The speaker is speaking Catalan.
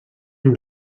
amb